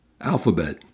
Alphabet